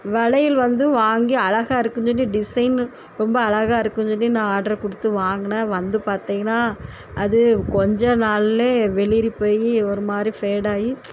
வளையல் வந்து வாங்கி அழகா இருக்குதுன்னு சொல்லி டிசையினு ரொம்ப அழகா இருக்குதுன்னு சொல்லி நான் ஆர்டர் கொடுத்து வாங்கினேன் வந்து பார்த்தீங்கனா அது கொஞ்சம் நாளிலேயே வெளிரி போய் ஒரு மாதிரி ஃபேட்டாகி